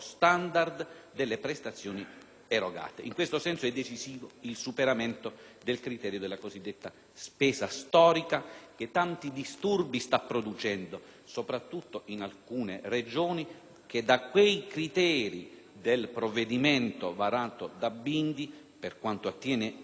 In questo senso è decisivo il superamento del criterio della cosiddetta spesa storica, che tanti disturbi sta producendo soprattutto in alcune Regioni che, dai criteri del provvedimento Bindi, per quanto attiene alla suddivisione del fondo,